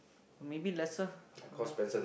maybe lesser you know